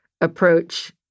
approach